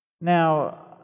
Now